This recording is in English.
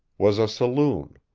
was a saloon